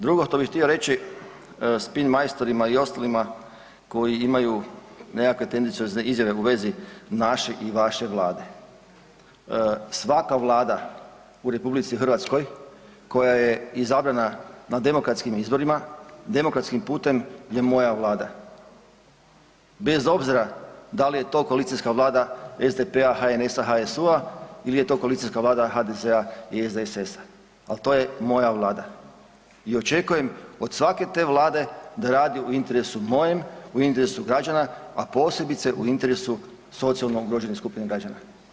Drugo što bih htio reći spin majstorima i ostalima koji imaju nekakve tendenciozne izjave u vezi naše i vaše vlade, svaka vlada u Republici Hrvatskoj koja je izabrana na demokratskim izborima demokratskim putem je moja vlada bez obzira da li je to koalicijska vlada SDP-a, HNS-a, HSU-a ili je to koalicijska vlada HDZ-a i SDSS-a, ali to je moja Vlada i očekujem od svake te vlade da radi u interesu mojem, u interesu građana, a posebice u interesu socijalno ugrožene skupine građana.